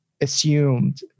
assumed